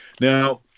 Now